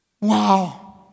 Wow